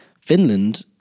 Finland